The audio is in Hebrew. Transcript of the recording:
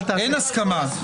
אין הסכמה.